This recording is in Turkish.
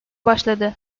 başladı